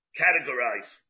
categorize